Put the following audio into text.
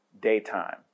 daytime